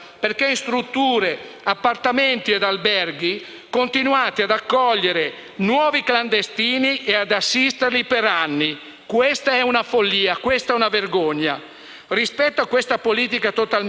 Questa è una follia. Questa è una vergogna. Rispetto a questa politica totalmente inadeguata alle necessità dei cittadini, diremo "no" al provvedimento. I cittadini meritano di essere governati, e subito,